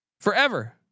forever